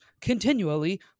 continually